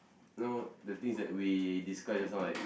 you know the things that we discussed just now right